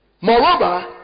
Moreover